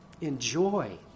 Enjoy